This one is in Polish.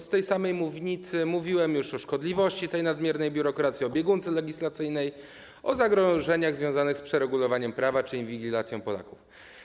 Z tej samej mównicy mówiłem już o szkodliwości nadmiernej biurokracji, o biegunce legislacyjnej, o zagrożeniach związanych z przeregulowaniem prawa czy inwigilacją Polaków.